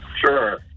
Sure